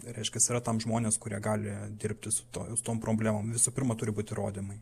reiškias yra tam žmonės kurie gali dirbti su to su tom problemom visų pirma turi būt įrodymai